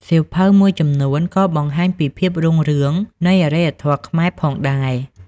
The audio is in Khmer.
សៀវភៅមួយចំនួនក៏បង្ហាញពីភាពរុងរឿងនៃ អរិយធម៌ខ្មែរ ផងដែរ។